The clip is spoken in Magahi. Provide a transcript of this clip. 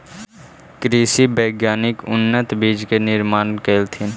कृषि वैज्ञानिक उन्नत बीज के निर्माण कलथिन